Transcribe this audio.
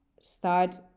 start